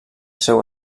seu